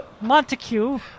Montague